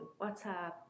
WhatsApp